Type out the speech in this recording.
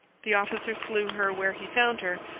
the officer slew her where he found her,